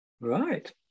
right